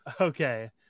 okay